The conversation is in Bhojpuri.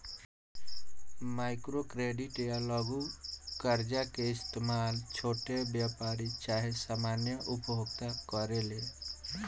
माइक्रो क्रेडिट या लघु कर्जा के इस्तमाल छोट व्यापारी चाहे सामान्य उपभोक्ता करेले